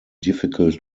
difficult